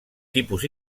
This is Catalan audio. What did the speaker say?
tipus